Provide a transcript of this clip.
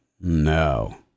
No